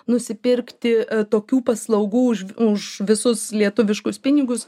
nusipirkti tokių paslaugų už už visus lietuviškus pinigus